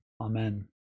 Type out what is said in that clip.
Amen